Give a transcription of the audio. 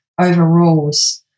overrules